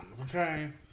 okay